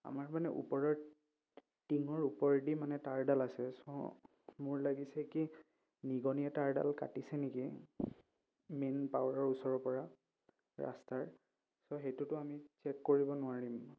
আমাৰ মানে ওপৰৰ টিঙৰ ওপৰেদি মানে তাঁৰডাল আছে ছ' মোৰ লাগিছে কি নিগনীয়ে তাঁৰডাল কাটিছে নেকি মেইন পাৱাৰৰ ওচৰৰ পৰা ৰাস্তাৰ ছ' সেইটোতো আমি চেক কৰিব নোৱাৰিম